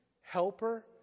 helper